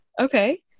Okay